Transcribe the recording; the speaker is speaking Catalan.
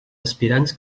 aspirants